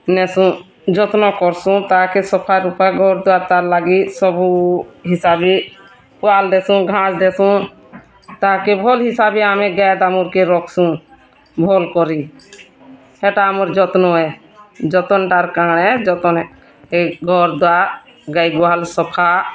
ନେସୁଁ ଯତ୍ନ କର୍ସୁଁ ତାଆକେ ସଫାରୂପା ଘର୍ ଦ୍ୱାର୍ ତା'ର୍ଲାଗି ତାକି ସବୁ ହିସାବେ ପୁଆଲ୍ ଦେସୁଁ ଘାସ୍ ଦେସୁଁ